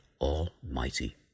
Almighty